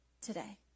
today